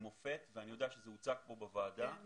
מופת ואני יודע שזה הוצג כאן בוועדה.